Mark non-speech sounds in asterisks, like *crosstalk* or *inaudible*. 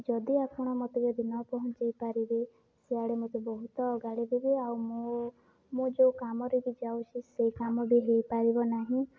ଯଦି ଆପଣ ମୋତେ ଯଦି ନ ପହଁଞ୍ଚେଇ ପାରିବେ ସିଆଡ଼େ ମୋତେ ବହୁତ *unintelligible* ଦେବେ ଆଉ ମୁଁ ମୁଁ ଯୋଉ କାମରେ ବି ଯାଉଛି ସେଇ କାମ ବି ହେଇପାରିବ ନାହିଁ